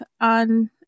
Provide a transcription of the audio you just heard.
on